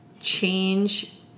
change